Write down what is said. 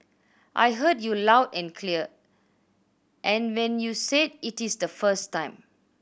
I heard you loud and clear and when you said it is the first time